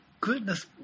goodness